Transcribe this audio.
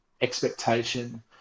expectation